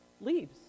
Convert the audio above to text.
leaves